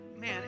man